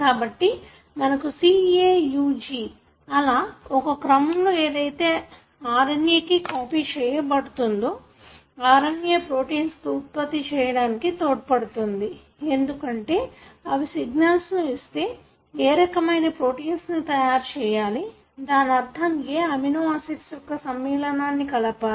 కాబట్టి మనకు C A U G అలా ఒక క్రమం ఏదైతే RNA కు కాపీ చెయ్యబడుతుందో RNA ప్రోటీన్స్ ను ఉత్పత్తి చెయ్యడానికి తోడ్పడుతుంది ఎందుకంటే అవి సిగ్నల్స్ ను ఇస్తే ఏ రకమైన ప్రోటీన్స్ ను తయారు చెయ్యాలి దానర్థం ఏ అమినోయాసిడ్స్ యొక్క సమ్మేళనాన్ని కలపాలి